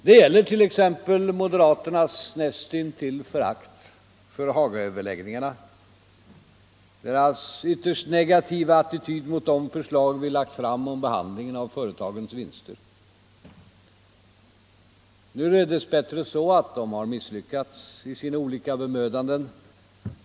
Det gäller t.ex. Sänkning av den moderaternas näst intill förakt för Hagaöverläggningarna och deras ytterst — allmänna pensionsnegativa attityd mot de förslag vi lagt fram om behandlingen av företagens — åldern, m.m. vinster. Nu är det dess bättre så, att de har misslyckats i sina olika bemödanden.